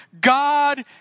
God